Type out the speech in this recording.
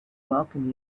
welcome